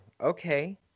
okay